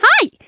Hi